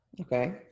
Okay